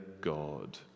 God